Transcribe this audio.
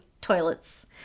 toilets